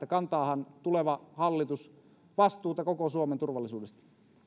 kantaahan tuleva hallitus vastuuta koko suomen turvallisuudesta